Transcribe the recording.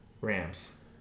Rams